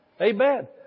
Amen